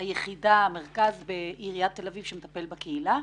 המרכז בעיריית תל אביב שמטפל בקהילה,